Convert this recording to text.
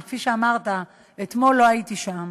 אבל כפי שאמרת: אתמול לא הייתי שם.